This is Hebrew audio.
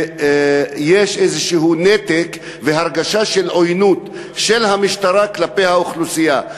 יש איזשהו נתק והרגשה של עוינות של המשטרה כלפי האוכלוסייה.